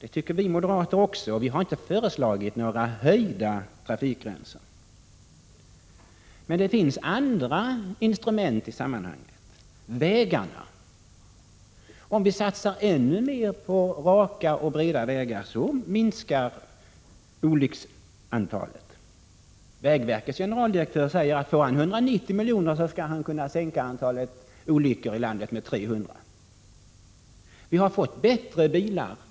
Det tycker också vi moderater, och vi har inte föreslagit några höjda hastighetsgränser. Men det finns andra instrument i sammanhanget, t.ex. vägarna. Om vi satsar ännu mer på raka och breda vägar, minskar antalet olyckor. Vägverkets generaldirektör säger att om han får 190 miljoner, så skall han kunna sänka antalet trafikolyckor i landet med 300. Vi har vidare fått bättre bilar.